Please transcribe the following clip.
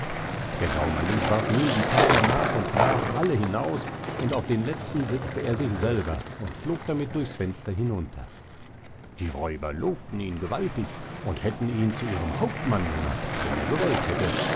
der daumerling warf nun die thaler nach und nach alle hinaus und auf den letzten setzte er sich selber und flog damit durchs fenster hinunter die räuber lobten ihn gewaltig und hätten ihn zu ihrem hauptmann gemacht wenn er gewollt hätte